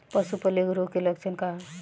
पशु प्लेग रोग के लक्षण का ह?